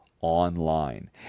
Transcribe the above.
online